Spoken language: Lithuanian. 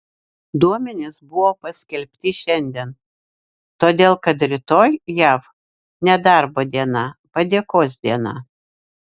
duomenys buvo paskelbti šiandien todėl kad rytoj jav nedarbo diena padėkos diena